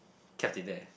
kept it there